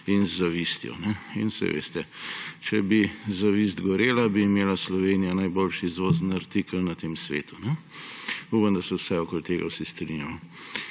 Saj veste, če bi zavist gorela, bi imela Slovenija najboljši izvozni artikel na tem svetu. Upam, da se vsaj okoli tega vsi strinjamo.